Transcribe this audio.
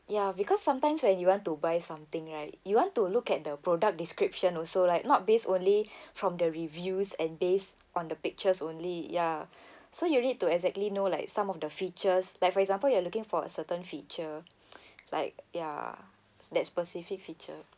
ya because sometimes when you want to buy something right you want to look at the product description also like not based only from the reviews and based on the pictures only ya so you need to exactly know like some of the features like for example you are looking for a certain feature like ya that specific feature